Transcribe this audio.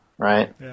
right